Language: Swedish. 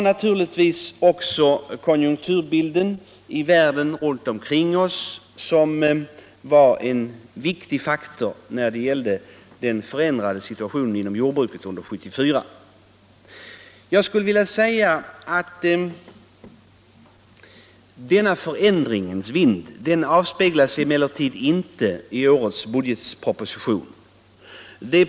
Naturligtvis var också konjunkturbilden i världen runt omkring oss en viktig faktor när det gällde den förändrade situationen inom jordbruket under 1974. Denna förändringens vind avspeglas emellertid inte i årets budgetproposition.